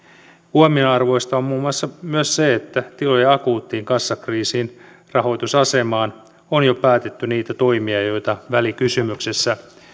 huomionarvoista on muun muassa myös se että tilojen akuuttiin kassakriisiin rahoitusasemaan on jo päätetty niitä toimia joita välikysymyksessä